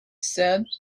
said